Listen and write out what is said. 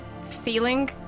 feeling